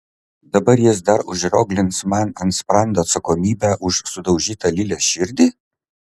dabar jis dar užrioglins man ant sprando atsakomybę už sudaužytą lilės širdį